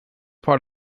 part